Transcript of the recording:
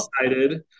excited